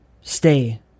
stay